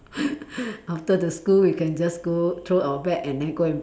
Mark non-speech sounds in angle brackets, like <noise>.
<laughs> after the school we can just go throw our bag and then go and